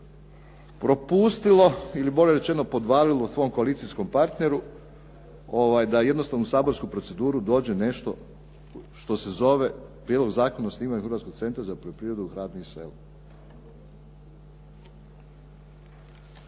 propustilo ili bolje rečeno podvalilo svom koalicijskom partneru da jednostavno u saborsku proceduru dođe nešto što se zove Prijedlog zakona o osnivanju Hrvatskog centra za poljoprivredu, hranu i selo.